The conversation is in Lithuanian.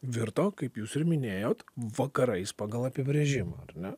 virto kaip jūs ir minėjot vakarais pagal apibrėžimą ar ne